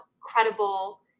credible